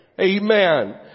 Amen